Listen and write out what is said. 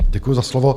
Děkuji za slovo.